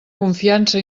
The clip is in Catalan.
confiança